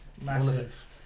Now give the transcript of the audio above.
Massive